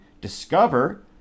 Discover